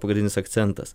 pagrindinis akcentas